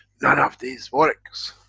none of these works!